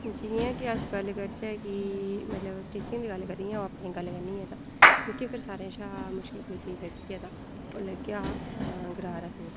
जि'यां कि अस गल्ल करचै कि मतलब सटिंचिंग दी गल्ल करां अ'ऊं अपनी गल्ल करनी आं तां मिकी अगर सारें शा मुश्कल कोई चीज लग्गी ऐ तां ओह् लग्गेआ हा गरारा सूट